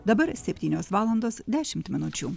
dabar septynios valandos dešimt minučių